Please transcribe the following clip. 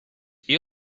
see